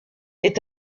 est